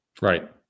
Right